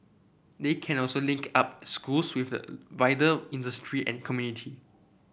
they can also link up schools with the wider industry and community